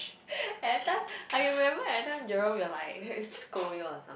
at that time I remember at that time Jerome will like scold you all or some